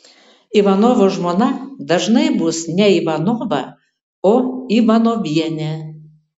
ivanovo žmona dažnai bus ne ivanova o ivanovienė